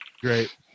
Great